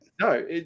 No